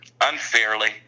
unfairly